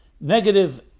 Negative